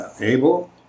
Abel